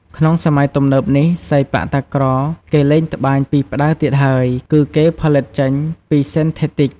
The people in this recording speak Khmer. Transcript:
ក្នុងសម័យទំនើបនេះសីប៉ាក់តាក្រគេលែងត្បាញពីផ្ដៅទៀតហើយ គឺគេផលិតចេញពី ស៊ីនថេទីក ។